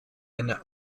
eine